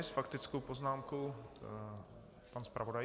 S faktickou poznámkou pan zpravodaj.